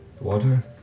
Water